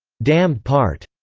damned part,